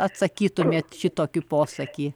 atsakytumėte šitokį posakį